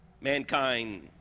Mankind